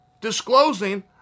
disclosing